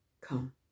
Come